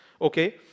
okay